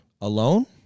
alone